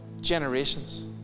Generations